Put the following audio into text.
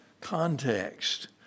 context